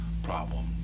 problem